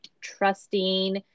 trusting